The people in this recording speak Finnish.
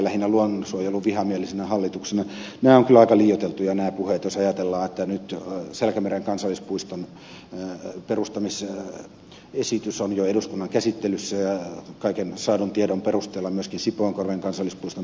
nämä puheet ovat kyllä aika liioiteltuja jos ajatellaan että nyt selkämeren kansallispuiston perustamisesitys on jo eduskunnan käsittelyssä ja kaiken saadun tiedon perusteella myöskin sipoonkorven kansallispuiston perustaminen tulee